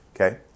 okay